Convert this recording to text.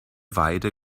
weide